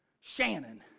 Shannon